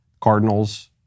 cardinals